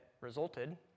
resulted